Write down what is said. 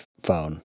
phone